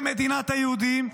במדינת היהודים,